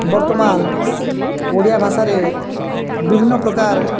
ବର୍ତ୍ତମାନ ଓଡ଼ିଆ ଭାଷାରେ ବିଭିନ୍ନ ପ୍ରକାର